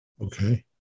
Okay